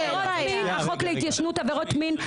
החוק להתיישנות עבירות מין.